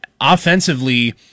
Offensively